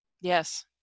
Yes